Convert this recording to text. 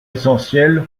essentiel